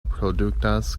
produktas